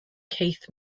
keith